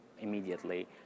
immediately